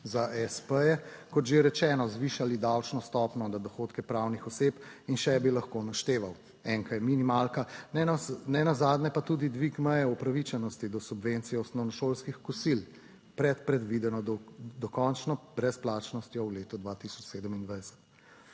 za espeje. Kot že rečeno zvišali davčno stopnjo na dohodke pravnih oseb in še bi lahko našteval. Enka je minimalka. Nenazadnje pa tudi dvig meje upravičenosti do subvencije osnovnošolskih kosil pred predvideno dokončno brezplačnostjo v letu 2027.